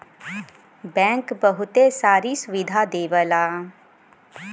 bank बहुते सारी सुविधा देवला